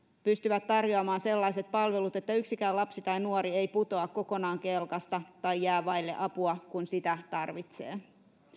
pystyvät tarjoamaan sellaiset palvelut että yksikään lapsi tai nuori ei putoa kokonaan kelkasta tai jää vaille apua kun sitä tarvitsee